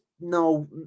no